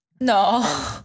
No